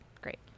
great